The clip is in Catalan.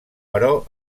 però